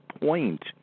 point